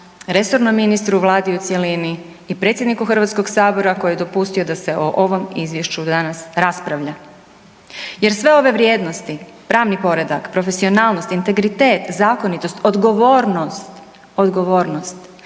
resornom ministru, vladi u cjelini i predsjedniku HS koji je dopustio da se o ovom izvješću danas raspravlja. Jer sve ove vrijednosti pravni poredak, profesionalnost, integritet, zakonitost, odgovornost, odgovornost,